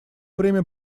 время